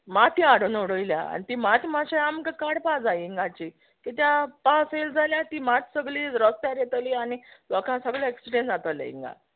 माती हाडून उडोयल्या आन ती माती मातशा आमक काडपा जाय हिंगाची किद्या पावस येल जाल्यार ती मात सगली रोस्त्यार येतली आनी लोका सोगले एक्सिडेण जातोले हिंगा